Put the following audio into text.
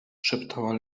szeptała